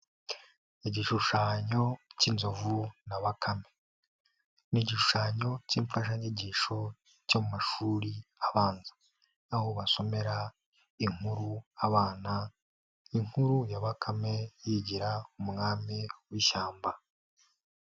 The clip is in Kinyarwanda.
Igishushanyo cy'inzovu na bakame, ni igishushanyo cy'imfashanyigisho cyo mu mashuri abanza, aho basomera inkuru abana, inkuru ya bakame yigira umwami w'ishyamba.